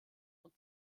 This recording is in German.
und